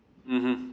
mmhmm